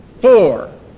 four